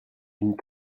une